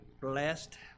blessed